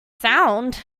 sound